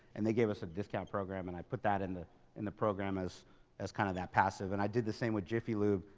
and they gave us a discount program and i put that in the in the program as as kind of that passive. and i did the same with jiffy lube,